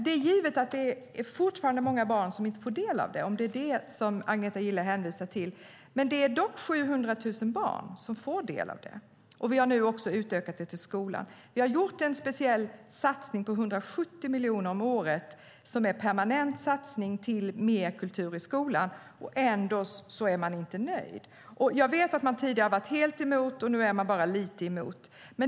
Det är givet att det fortfarande är många barn som inte får del av den, om det är det som Agneta Gille hänvisar till. Men det är dock 700 000 barn som får del av den. Vi har nu också utökat den till skola. Vi har gjort en särskild satsning med 170 miljoner kronor om året, en permanent satsning till mer kultur i skolan, och ändå är man inte nöjd. Jag vet att man tidigare har varit helt emot det, och nu är man bara lite emot det.